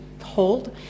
hold